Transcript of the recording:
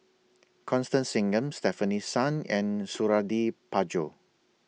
Constance Singam Stefanie Sun and Suradi Parjo